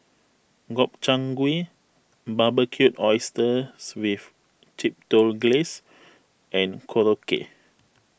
Gobchang Gui Barbecued Oysters with Chipotle Glaze and Korokke